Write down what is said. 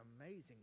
amazing